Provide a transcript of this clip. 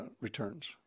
returns